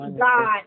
God